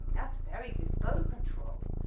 that's very good bow control,